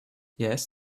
yes